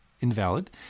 invalid